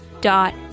dot